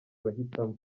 bahitamo